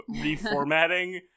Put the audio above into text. reformatting